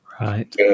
Right